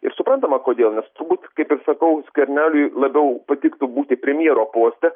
ir suprantama kodėl nes turbūt kaip ir sakau skverneliui labiau patiktų būti premjero poste